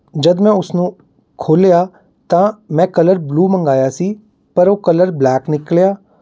ਜਦ ਮੈਂ ਉਸਨੂੰ ਖੋਲ੍ਹਿਆ ਤਾਂ ਮੈਂ ਕਲਰ ਬਲੂ ਮੰਗਵਾਇਆ ਸੀ ਪਰ ਉਹ ਕਲਰ ਬਲੈਕ ਨਿਕਲਿਆ